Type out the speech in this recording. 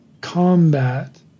combat